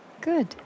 Good